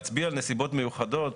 להצביע על נסיבות מיוחדות